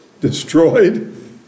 Destroyed